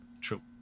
True